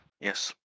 Yes